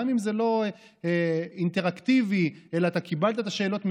גם אם זה לא אינטראקטיבי אלא קיבלת את השאלות מראש,